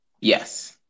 Yes